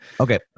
okay